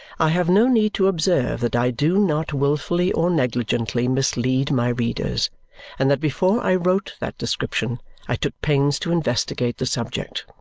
i have no need to observe that i do not wilfully or negligently mislead my readers and that before i wrote that description i took pains to investigate the subject.